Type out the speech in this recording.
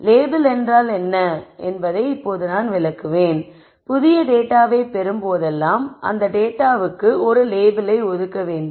label என்றால் என்ன என்பதை நான் இப்போது விளக்குவேன் புதிய டேட்டாவை பெறும்போதெல்லாம் அந்த டேட்டாவுக்கு ஒரு லேபிளை ஒதுக்க வேண்டும்